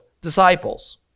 disciples